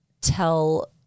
tell